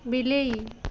ବିଲେଇ